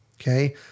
okay